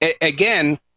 again